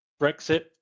Brexit